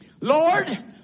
Lord